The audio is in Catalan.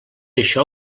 això